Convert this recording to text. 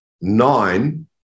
nine